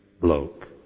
bloke